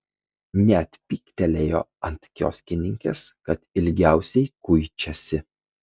net pyktelėjo ant kioskininkės kad ilgiausiai kuičiasi